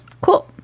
Cool